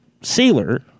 sailor